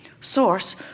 source